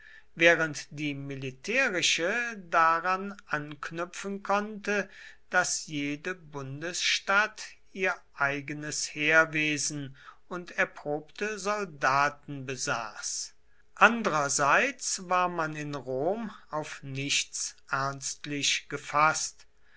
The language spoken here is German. während die militärische daran anknüpfen konnte daß jede bundesstadt ihr eigenes heerwesen und erprobte soldaten besaß andrerseits war man in rom auf nichts ernstlich gefaßt